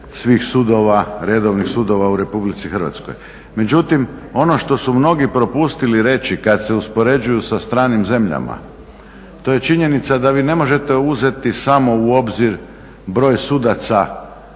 svih sudova redovnih sudova u RH. Međutim ono što su mnogi propustili reći da se uspoređuju sa stranim zemljama, to je činjenica da vi ne možete uzeti samo u obzir broj sudaca na broj